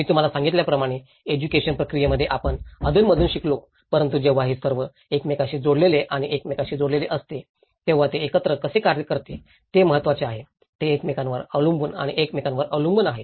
मी तुम्हाला सांगितल्याप्रमाणे एज्युकेशन प्रक्रियेमध्ये आपण अधूनमधून शिकतो परंतु जेव्हा हे सर्व एकमेकांशी जोडलेले आणि एकमेकांशी जोडलेले असते तेव्हा ते एकत्र कसे कार्य करते ते महत्त्वाचे आहे ते एकमेकांवर अवलंबून आणि एकमेकांवर अवलंबून आहेत